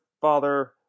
father